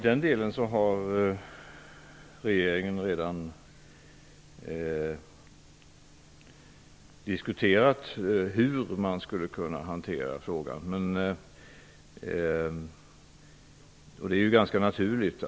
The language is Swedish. Fru talman! Regeringen har redan diskuterat hur man skulle kunna hantera frågan i den delen.